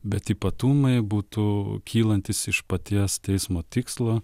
bet ypatumai būtų kylantys iš paties teismo tikslo